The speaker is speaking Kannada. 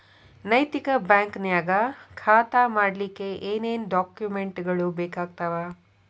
ನೈತಿಕ ಬ್ಯಾಂಕ ನ್ಯಾಗ್ ಖಾತಾ ಮಾಡ್ಲಿಕ್ಕೆ ಏನೇನ್ ಡಾಕುಮೆನ್ಟ್ ಗಳು ಬೇಕಾಗ್ತಾವ?